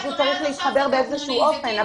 אז הוא צריך להתחבר באיזשהו אופן,